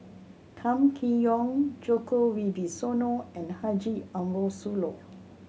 Kam Kee Yong Djoko Wibisono and Haji Ambo Sooloh